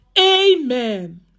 amen